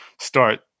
start